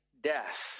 death